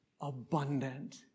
abundant